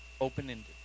Open-ended